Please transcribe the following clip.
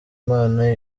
imana